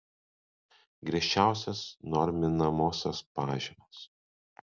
griežčiausios norminamosios pažymos